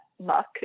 muck